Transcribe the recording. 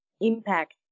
impact